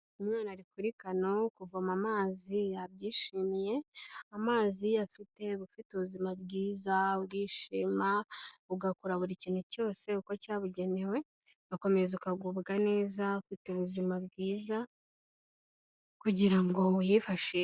Umwana ari kuri kano kuvoma amazi yabyishimiye, amazi iyo uyafite uba ufite ubuzima bwiza bwishima, ugakora buri kintu cyose uko cyabugenewe, ugakomeza ukagubwa neza ufite ubuzima bwiza, kugira ngo uyifashishe.